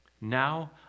Now